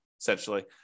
essentially